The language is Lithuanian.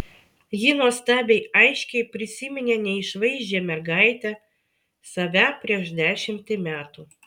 ji nuostabiai aiškiai prisiminė neišvaizdžią mergaitę save prieš dešimtį metų